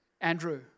Andrew